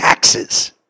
Taxes